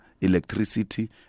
electricity